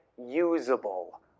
usable